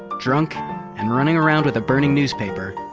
drunk and running around with a burning newspaper,